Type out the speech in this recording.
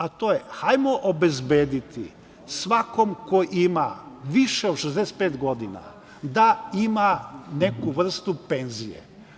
A to je - hajmo obezbediti svakom ko ima više od 65 godina da ima neku vrstu penzije.